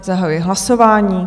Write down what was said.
Zahajuji hlasování.